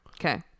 Okay